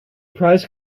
prize